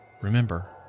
remember